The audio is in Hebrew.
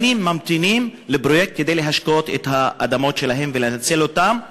שנים ממתינים לפרויקט כדי להשקות את האדמות שלהם ולנצל אותן לפרנסתם.